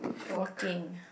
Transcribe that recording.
working